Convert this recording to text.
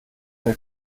der